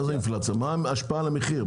מה ההשפעה על המחיר?